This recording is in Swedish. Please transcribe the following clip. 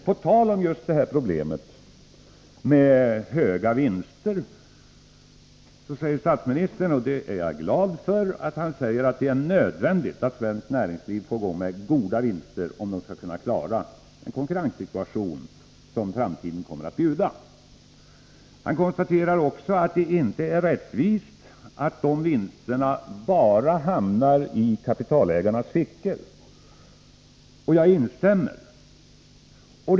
På tal om problemet med höga vinster säger statsministern — och det är jag glad för — att det är nödvändigt att svenskt näringsliv ger goda vinster, om de skall kunna klara den konkurrenssituation som framtiden kommer att bjuda. Han konstaterar också att det inte är rättvist att de vinsterna hamnar bara i kapitalägarnas fickor. Jag instämmer.